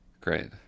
Great